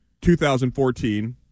2014